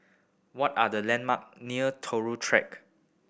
what are the landmark near Turut Track